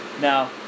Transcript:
Now